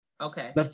Okay